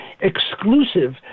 exclusive